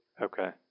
Okay